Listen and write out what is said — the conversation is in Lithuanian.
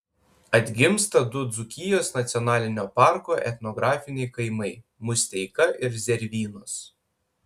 atgimsta du dzūkijos nacionalinio parko etnografiniai kaimai musteika ir zervynos